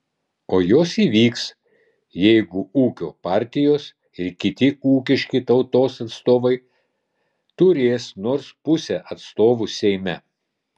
o jos įvyks jeigu ūkio partijos ir kiti ūkiški tautos atstovai turės nors pusę atstovų seime